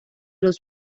los